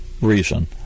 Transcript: reason